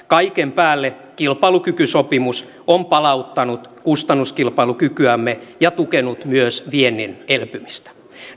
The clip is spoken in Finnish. kaiken päälle kilpailukykysopimus on palauttanut kustannuskilpailukykyämme ja tukenut myös viennin elpymistä